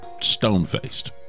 stone-faced